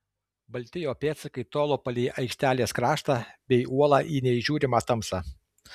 balti jo pėdsakai tolo palei aikštelės kraštą bei uolą į neįžiūrimą tamsą